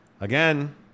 again